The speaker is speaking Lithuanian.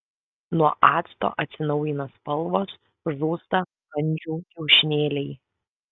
nuo acto atsinaujina spalvos žūsta kandžių kiaušinėliai